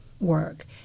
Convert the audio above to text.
work